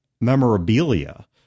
memorabilia